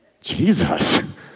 Jesus